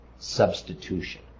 substitution